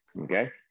Okay